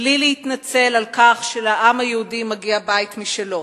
בלי להתנצל על כך שלעם היהודי מגיע בית משלו.